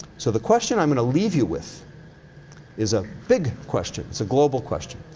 so the question i'm gonna leave you with is a big question. it's a global question.